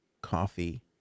coffee